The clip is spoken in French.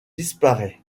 disparaît